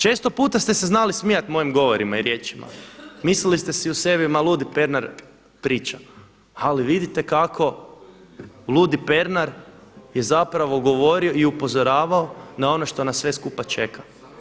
Često puta ste se znali smijati mojim govorima i riječima, mislili ste si u sebi ma ludi Pernar priča, ali vidite kako ludi Pernar je govorio i upozoravao na ono što nas sve skupa čeka.